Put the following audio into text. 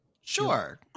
Sure